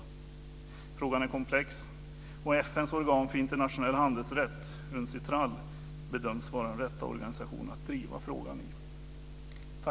Frågan är komplex, och FN:s organ för internationell handelsrätt, Uncitral, bedöms vara den rätta organisationen att driva frågan i.